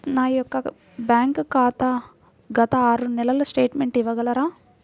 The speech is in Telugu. నా యొక్క బ్యాంక్ ఖాతా గత ఆరు నెలల స్టేట్మెంట్ ఇవ్వగలరా?